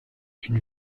une